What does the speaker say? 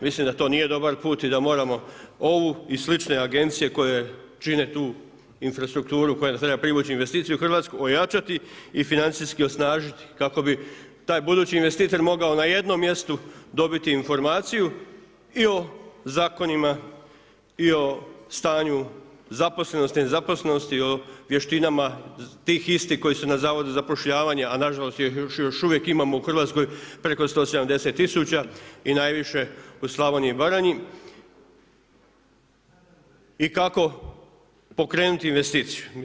Misli da to nije dobar put i da moramo ovu i slične agencije koje čine tu infrastrukturu koja treba privući investicije u Hrvatsku ojačati i financijski osnažiti kako bi taj budući investitor mogao na jednom mjestu dobiti informaciju i o zakonima i o stanju zaposlenosti, nezaposlenosti, o vještinama tih istih koji su na zavodu za zapošljavanje a nažalost ih još uvijek imamo u Hrvatskoj preko 170 tisuća i najviše u Slavoniji i Baranji i kako pokrenuti investiciju.